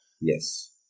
yes